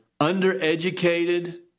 undereducated